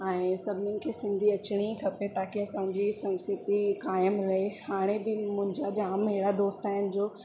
ऐं सभनीनि खे सिंधी अचणी खपे ताकी असांजी संस्कृती कायमु रहे हाणे बि मुंहिंजा जाम अहिड़ा दोस्त आहिनि जो